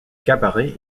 cabaret